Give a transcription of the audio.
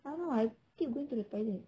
I don't know I keep going to the toilet